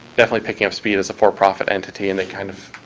definitely picking up speed as a for profit entity, and they, kind of,